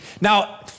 Now